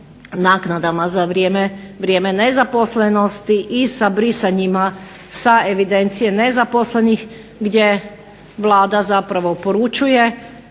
naknadama za vrijeme nezaposlenosti i sa brisanjima sa evidencije nezaposlenih gdje Vlada poručuje